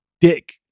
Dick